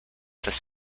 this